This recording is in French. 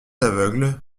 aveugle